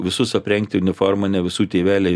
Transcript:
visus aprengti uniforma ne visų tėveliai